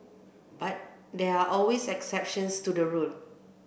but there are always exceptions to the rule